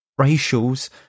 racials